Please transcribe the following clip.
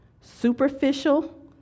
superficial